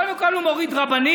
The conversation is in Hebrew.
קודם כול, הוא מוריד רבנים,